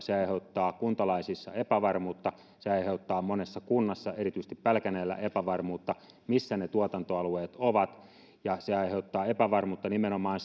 se aiheuttaa kuntalaisissa epävarmuutta se aiheuttaa monessa kunnassa erityisesti pälkäneellä epävarmuutta siitä missä ne tuotantoalueet ovat se aiheuttaa epävarmuutta nimenomaan